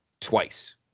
twice